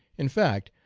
in fact,